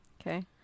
okay